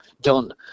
done